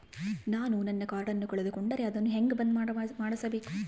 ನಾನು ನನ್ನ ಕಾರ್ಡನ್ನ ಕಳೆದುಕೊಂಡರೆ ಅದನ್ನ ಹೆಂಗ ಬಂದ್ ಮಾಡಿಸಬೇಕು?